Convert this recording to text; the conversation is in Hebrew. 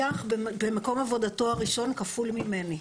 במקום עבודתו הראשון הוא מרוויח כפול ממני,